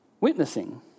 Witnessing